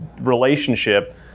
relationship